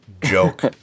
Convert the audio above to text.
Joke